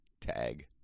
Tag